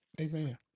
Amen